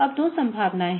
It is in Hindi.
अब दो संभावनाएँ हैं